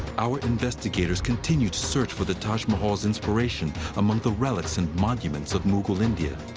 our investigators continue to search for the taj mahal's inspiration among the relics and monuments of mughal india.